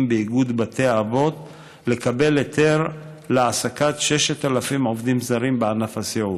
באיגוד בתי האבות לקבל היתר להעסקת 6,000 עובדים זרים בענף הסיעוד.